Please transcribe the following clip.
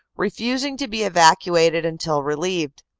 refusing to be evacuated until relieved.